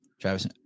Travis